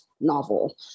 novel